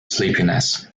sleepiness